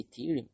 ethereum